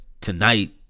tonight